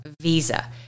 Visa